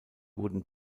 wurden